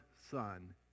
Son